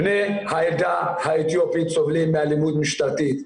בני העדה האתיופית סובלים מאלימות משטרתית.